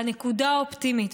והנקודה האופטימית,